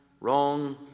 wrong